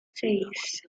seis